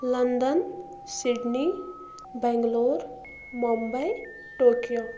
London Sydney Bangalore Mumbai Tokyo